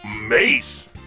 Mace